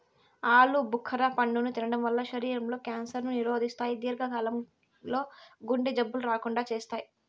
ఆలు భుఖర పండును తినడం వల్ల శరీరం లో క్యాన్సర్ ను నిరోధిస్తాయి, దీర్ఘ కాలం లో గుండె జబ్బులు రాకుండా చేత్తాయి